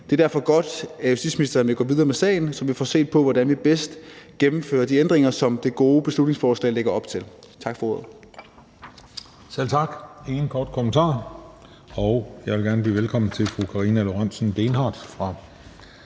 Det er derfor godt, at justitsministeren vil gå videre med sagen, så vi får set på, hvordan vi bedst gennemfører de ændringer, som dette gode beslutningsforslag lægger op til. Tak for ordet. Kl. 15:49 Den fg. formand (Christian Juhl): Selv tak. Der er ingen korte bemærkninger. Og jeg vil gerne byde velkommen til fru Karina Lorentzen Dehnhardt fra